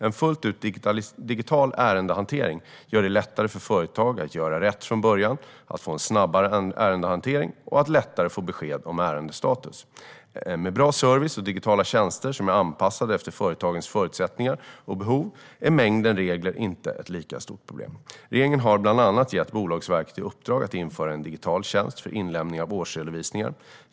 En fullt ut digital ärendehantering gör det lättare för företag att göra rätt från början, att få en snabbare ärendehantering och att lättare få besked om ärendestatus. Med bra service och digitala tjänster som är anpassade efter företagens förutsättningar och behov är mängden regler inte ett lika stort problem. Regeringen har bland annat gett Bolagsverket i uppdrag att införa en digital tjänst för inlämning av årsredovisningar.